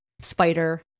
Spider